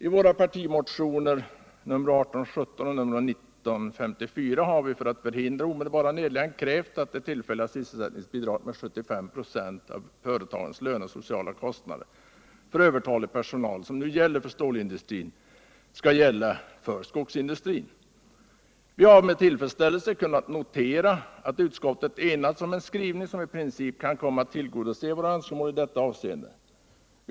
I våra partimotioner nr 1817 och 1954 har vi för att förhindra omedelbara nedläggningar krävt att det tillfälliga sysselsättningsbidraget med 75 96 av företagens löneoch sociala kostnader för övertalig personal som nu gäller för stålindustrin även skall gälla för skogsindustrin. Vi har med tillfredsställelse kunnat notera att utskottet enats om en skrivning som i princip kan komma att tillgodose våra önskemål i detta avseende.